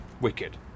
Wicked